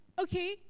okay